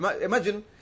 Imagine